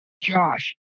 Josh